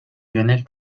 lionel